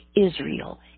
Israel